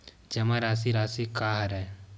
जमा राशि राशि का हरय?